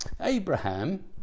Abraham